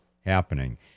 happening